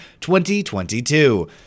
2022